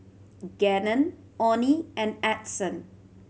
Gannon Onnie and Edson